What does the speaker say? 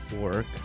Work